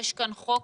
יש כאן חוק